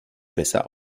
besser